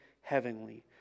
heavenly